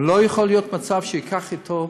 אבל לא יכול להיות מצב שהוא ייקח אתו.